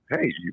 hey